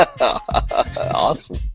Awesome